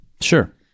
Sure